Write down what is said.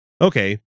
okay